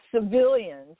civilians